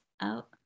out